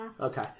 Okay